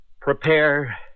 Prepare